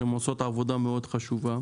שהן עושות עבודה מאוד חשובה,